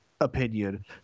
opinion